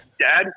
dad